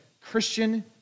Christian